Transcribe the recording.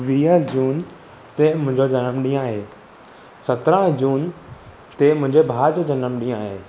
वीह जून ते मुंहिंजो जनमु ॾीहुं आहे सत्रहं जून ते मुंहिंजो भाउ जो जनमु ॾींहुं आहे